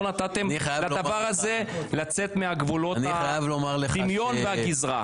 נתתם לדבר הזה לצאת מגבולות הדמיון והגזרה.